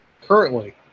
Currently